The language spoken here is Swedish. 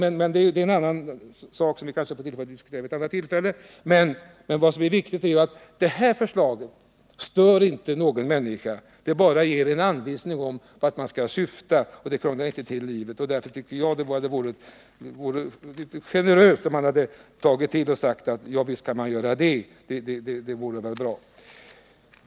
Det är emellertid en annan sak som vi kanske får tillfälle att diskutera vid ett annat tillfälle. Det viktiga är emellertid att det här förslaget inte stör någon människa. Det ger bara en anvisning om vart man bör syfta och krånglar inte till någonting. Därför tycker jag att det hade varit generöst, om man hade sagt att man kan genomföra detta.